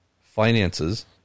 finances